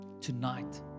tonight